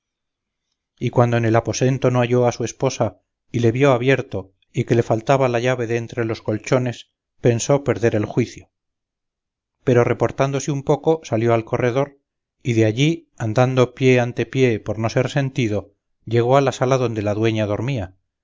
y cuando en el aposento no halló a su esposa y le vio abierto y que le faltaba la llave de entre los colchones pensó perder el juicio pero reportándose un poco salió al corredor y de allí andando pie ante pie por no ser sentido llegó a la sala donde la dueña dormía